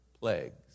plagues